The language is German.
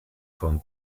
von